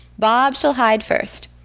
bob shall hide first.